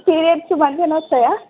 periods మంచిగా వస్తాయా